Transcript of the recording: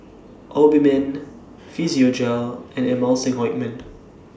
Obimin Physiogel and Emulsying Ointment